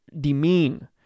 demean